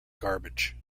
garbage